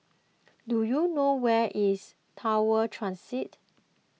do you know where is Tower Transit